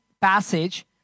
passage